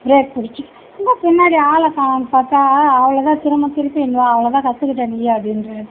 break பிடிச்சு எங்கே பின்னாடி ஆளைக் காணோம்னு பார்த்தா அவ்வளோதான் திரும்ப திருப்பி இங்கே வா அவ்வளோதான் கற்றுக்கிட்ட நீயே அப்படீன்றாரு